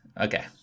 Okay